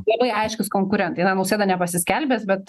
labai aiškūs konkurentai na nausėda nepasiskelbęs bet